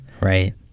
Right